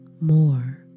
more